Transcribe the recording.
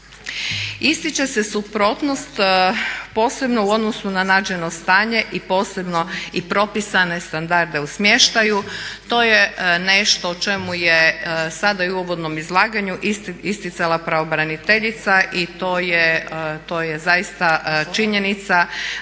Ističe se suprotnost posebno u odnosu na nađeno stanje i posebno i propisane standarde u smještaju. To je nešto o čemu je sada i u uvodnom izlaganju isticala pravobraniteljica i to je činjenica da su nam